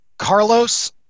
Carlos